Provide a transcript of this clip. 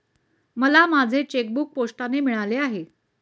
मला माझे चेकबूक पोस्टाने मिळाले आहे